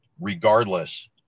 regardless